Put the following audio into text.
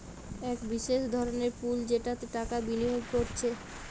এক বিশেষ ধরনের পুল যেটাতে টাকা বিনিয়োগ কোরছে